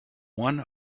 one